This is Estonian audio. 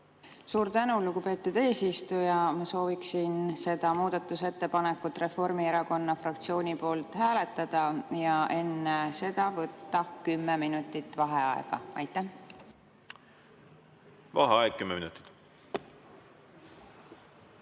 Suur tänu, lugupeetud eesistuja! Ma sooviksin seda muudatusettepanekut Reformierakonna fraktsiooni poolt hääletada ja enne seda võtta kümme minutit vaheaega. Vaheaeg kümme minutit.V